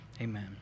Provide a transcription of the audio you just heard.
amen